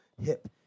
hip